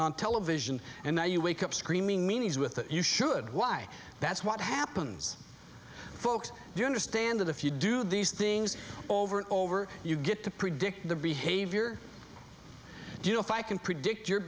television and now you wake up screaming meanies with it you should why that's what happens folks do you understand that if you do these things over and over you get to predict the behavior you know if i can predict your